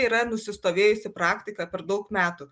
yra nusistovėjusi praktika per daug metų